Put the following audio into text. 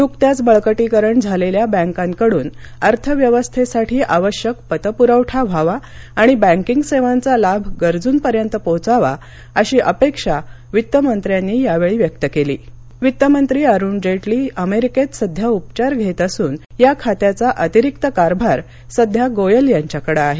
नुकत्याच बळकटीकरण झालेल्या बॅकांकडून अर्थव्यवस्थेसाठी आवश्यक पतपुरवठा व्हावा आणि बॅकिंग सेवांचा लाभ सर्व गरजूपर्यंत पोहोचावा अशी अपेक्षा वित्तमंत्र्यांनी व्यक्त केली वित्तमंत्री अरूण जेटली अमेरिकेमध्ये सध्या उपचार घेत असून या खात्याचा अतिरिक्त कारभार सध्या गोयल यांच्याकडे आहे